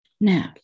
Now